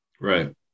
right